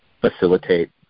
facilitate